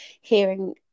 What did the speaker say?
hearing